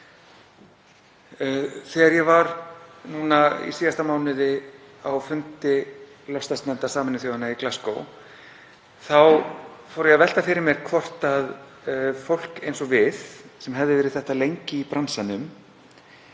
Þegar ég var núna í síðasta mánuði á fundi loftslagsnefndar Sameinuðu þjóðanna í Glasgow fór ég að velta fyrir mér hvort fólk eins og við sem hefur verið þetta lengi í bransanum